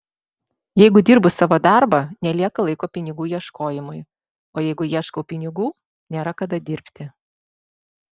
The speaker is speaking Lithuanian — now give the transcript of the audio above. jeigu dirbu savo darbą nelieka laiko pinigų ieškojimui o jeigu ieškau pinigų nėra kada dirbti